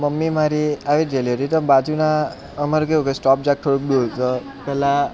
mummy મારી આવી ગયેલી હતી તો બાજુના અમારે કેવું કે શોપ જરાક થોડું દૂર તો પેલા